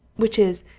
which is,